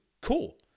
cool